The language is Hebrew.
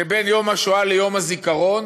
שבין יום השואה ליום הזיכרון,